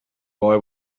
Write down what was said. boy